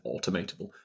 automatable